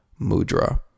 Mudra